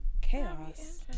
Chaos